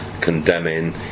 condemning